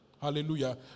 hallelujah